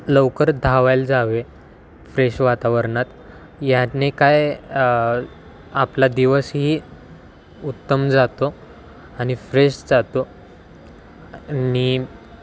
लवकर धावायला जावे फ्रेश वातावरणत ह्याने काय आपला दिवसही उत्तम जातो आणि फ्रेश जातो नीम